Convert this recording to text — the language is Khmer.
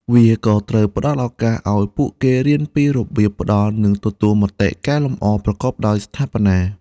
វាក៏ត្រូវផ្តល់ឱកាសឱ្យពួកគេរៀនពីរបៀបផ្តល់និងទទួលមតិកែលម្អប្រកបដោយស្ថាបនា។